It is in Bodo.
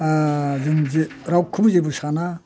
रावखौबो जेबो साना